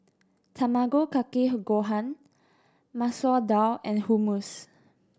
Tamago Kake Gohan Masoor Dal and Hummus